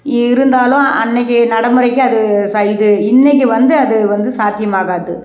இருந்தாலும் அன்றைக்கி நடைமுறைக்கி அது சைது இன்றைக்கி வந்து அது வந்து சாத்தியம் ஆகாது